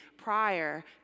prior